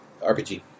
RPG